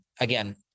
again